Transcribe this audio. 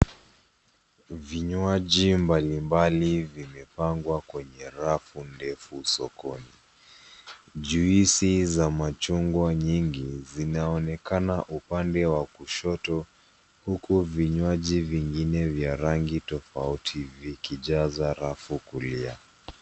VInywaji mbalimbali vimepangwa kwenye rafu ndefu sokoni. Juisi za machungwa nyingi zinaonekana upande wa kushoto huku vinywaji vingine vya rangi tofauti vikijaza rafu kulia.